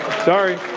sorry.